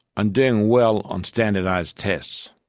on doing well on standardised tests.